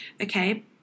Okay